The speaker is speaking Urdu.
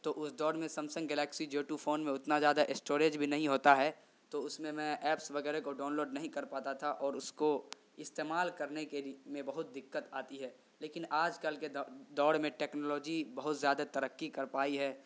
تو اس دور میں Samsung Galaxy J two phone میں اتنا زیادہ اسٹوریج بھی نہیں ہوتا ہے تو اس میں میں ایپس وغیرہ کو ڈاؤن لوڈ نہیں کر پاتا تھا اور اس کو استعمال کرنے کے میں بہت دقت آتی ہے لیکن آج کل کے دور میں ٹیکنالوجی بہت زیادہ ترقی کر پائی ہے